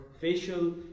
facial